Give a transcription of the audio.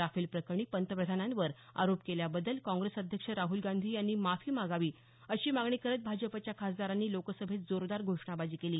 Rafale प्रकरणी पंतप्रधानांवर आरोप केल्याबद्दल काँग्रेस अध्यक्ष राहुल गांधी यांनी माफी मागावी अशी मागणी करत भाजपच्या खासदारांनी लोकसभेत जोरदार घोषणाबाजी केली